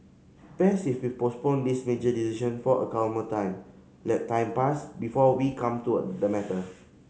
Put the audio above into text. best if we postponed this major decision for a calmer time let time pass before we come to the matter